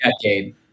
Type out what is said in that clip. decade